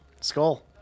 Skull